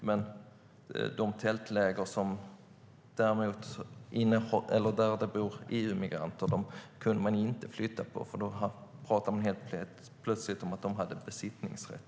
Men man kunde inte flytta på de tältläger där det bor EU-migranter. Då pratade man helt plötsligt om att de hade besittningsrätt.